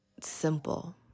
simple